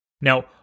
Now